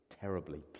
terribly